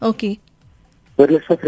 Okay